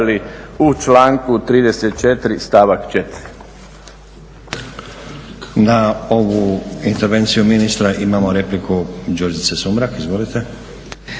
Na ovu intervenciju ministra imamo repliku Đurđice Sumrak. Izvolite.